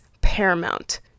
paramount